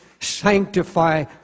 Sanctify